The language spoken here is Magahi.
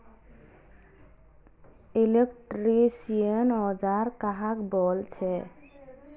इलेक्ट्रीशियन औजार कहाक बोले छे?